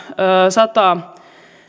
sata